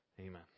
Amen